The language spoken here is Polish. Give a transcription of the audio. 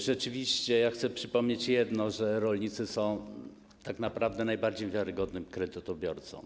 Rzeczywiście chcę przypomnieć jedno - że rolnicy są tak naprawdę najbardziej wiarygodnym kredytobiorcą.